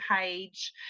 page